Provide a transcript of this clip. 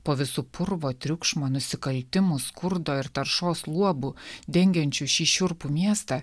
po visu purvo triukšmo nusikaltimų skurdo ir taršos luobu dengiančiu šį šiurpų miestą